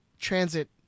Transit